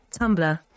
Tumblr